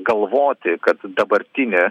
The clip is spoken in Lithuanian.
galvoti kad dabartinė